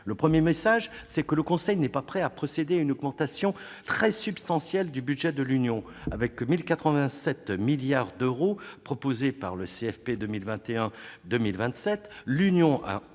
Le premier message, c'est que le Conseil n'est pas prêt à procéder à une augmentation très substantielle du budget de l'Union. Avec 1 087 milliards d'euros proposés pour le cadre financier